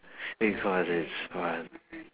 because it's fun